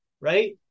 right